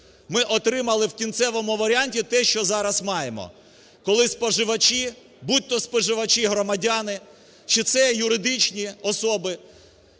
ми отримали в кінцевому варіанті те, що зараз маємо. Коли споживачі, будь-то споживачі-громадяни чи це юридичні особи,